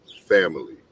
family